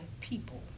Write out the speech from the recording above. people